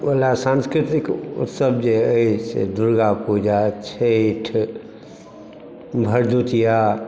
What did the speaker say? सांस्कृतिक उत्सव जे अइ से दुर्गापूजा छैठ भरदुतिया